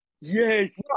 Yes